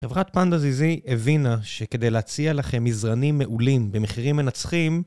חברת פנדה זיזי הבינה שכדי להציע לכם מזרנים מעולים במחירים מנצחים